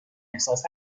احساس